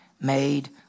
Made